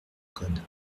code